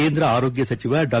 ಕೇಂದ್ರ ಆರೋಗ್ಣ ಸಚಿವ ಡಾ